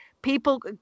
People